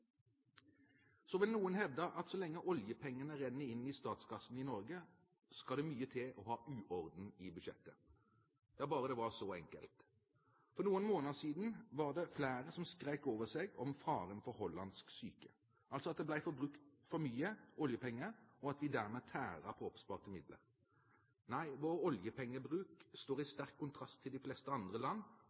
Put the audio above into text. Så vil noen hevde at så lenge oljepengene renner inn i statskassen i Norge, skal det mye til for å ha uorden i budsjettet. Bare det var så enkelt! For bare noen måneder siden var det flere som skrek over seg om faren for «hollandsk syke» – at det ble brukt for mye oljepenger, og at vi dermed tæret på oppsparte midler. Nei, vår oljepengebruk står i sterk kontrast til de fleste andre land